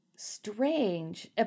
strange